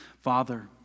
Father